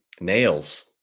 nails